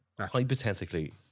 Hypothetically